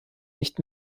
nicht